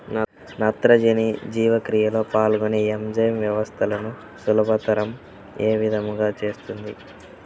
నత్రజని జీవక్రియలో పాల్గొనే ఎంజైమ్ వ్యవస్థలను సులభతరం ఏ విధముగా చేస్తుంది?